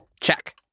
Check